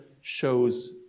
shows